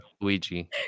Luigi